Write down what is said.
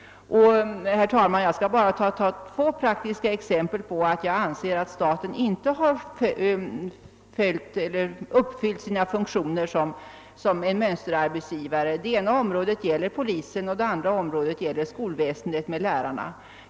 Herr talman! Jag skall bara ta två praktiska exempel från områden där jag anser att staten inte har uppfyllt sina funktioner som <mönsterarbetsgivare. Det ena området gäller polisen och det andra skolväsendet och lärarna.